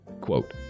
quote